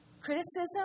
Criticism